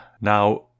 Now